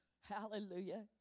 Hallelujah